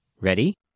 Ready